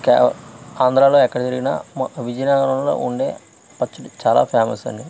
కేవలం ఆంధ్రాలో ఎక్కడ తిరిగినా మా విజయనగరంలో ఉండే పచ్చడి చాలా ఫేమస్ అండి